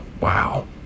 Wow